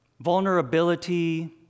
vulnerability